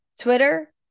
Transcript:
Twitter